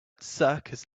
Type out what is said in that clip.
circus